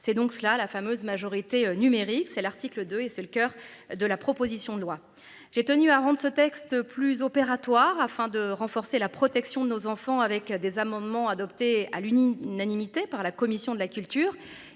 c'est donc cela la fameuse majorité numérique c'est l'article 2 et c'est le coeur de la proposition de loi. J'ai tenu à rendre ce texte plus opératoire afin de renforcer la protection de nos enfants avec des amendements adoptés à l'Uni unanimité par la commission de la culture.